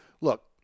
Look